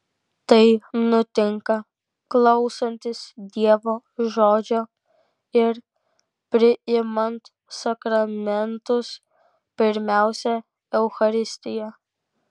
tai nutinka klausantis dievo žodžio ir priimant sakramentus pirmiausia eucharistiją